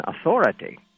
authority